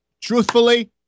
Truthfully